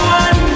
one